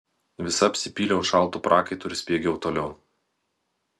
visa apsipyliau šaltu prakaitu ir spiegiau toliau